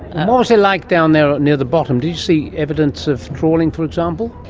and what was it like down there near the bottom? did you see evidence of trawling, for example?